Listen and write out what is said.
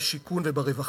בשיכון וברווחה.